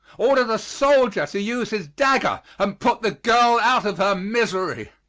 ordered a soldier to use his dagger and put the girl out of her misery.